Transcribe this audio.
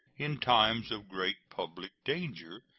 in times of great public danger,